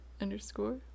underscore